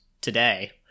today